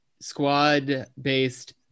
squad-based